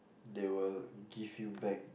they will give you back